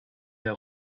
der